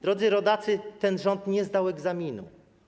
Drodzy rodacy, ten rząd nie zdał egzaminu.